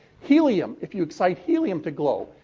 helium. if you excite helium to glow,